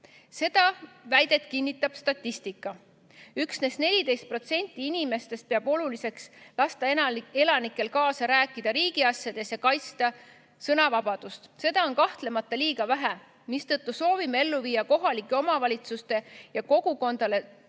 Seda väidet kinnitab statistika. Üksnes 14% inimestest peab oluliseks lasta elanikel kaasa rääkida riigiasjades ja kaitsta sõnavabadust. Seda on kahtlemata liiga vähe, mistõttu soovime ellu viia kohalikele omavalitsustele ja kogukondadele